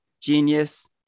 genius